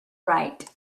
right